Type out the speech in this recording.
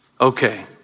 Okay